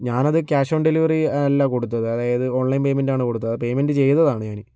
ഞാനത് cash on delivery അല്ല കൊടുത്തത് അതായത് ഓൺലൈൻ പേയ്മെന്റാണ് കൊടുത്തത് ആ പേയ്മെൻറ് ചെയ്തതാണ് ഞാൻ